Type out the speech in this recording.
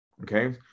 Okay